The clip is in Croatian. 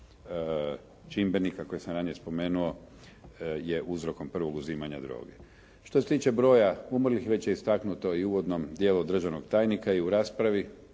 čimbenika koje sam ranije spomenu je uzrokom prvog uzimanja droge. Što se tiče broja umrlih već je istaknuto i u uvodnom dijelu državnog tajnika i u raspravi.